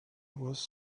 was